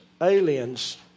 aliens